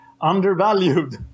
undervalued